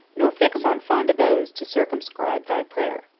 nor fix on fond abodes to circumscribe thy prayer.